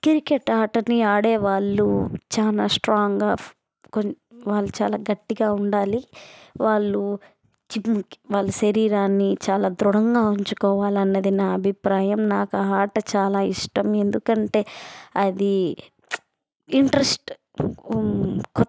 cricket ఆటని ఆడే వాళ్ళు చాలా స్ట్రాంగ్గా కొ వాళ్లు చాలా గట్టిగా ఉండాలి వాళ్ళు చి వాళ్ల శరీరాన్ని చాలా ధృడంగా ఉంచుకోవాలన్నది నా అభిప్రాయం నాకా ఆ ఆట చాలా ఇష్టం ఎందుకంటే అది ఇంట్రెస్ట్ కొ